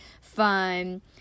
fun